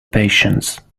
patience